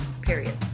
period